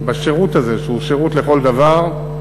בשירות הזה, שהוא שירות לכל דבר,